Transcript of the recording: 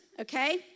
okay